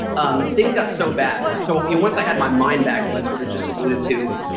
um things got so bad. so and once i had my mind back, as i sort of just alluded to,